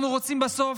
אנחנו רוצים בסוף,